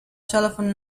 telephone